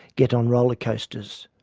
get on roller coasters.